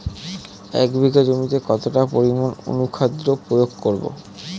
এক বিঘা জমিতে কতটা পরিমাণ অনুখাদ্য প্রয়োগ করব?